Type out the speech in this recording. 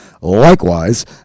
likewise